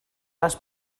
les